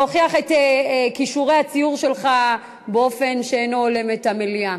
ולהוכיח את כישורי הציור שלך באופן שאינו הולם את המליאה.